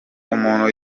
umuntu